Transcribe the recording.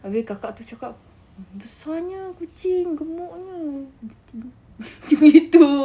habis kakak tu cakap besarnya kucing gemuknya tiba-tiba macam itu jer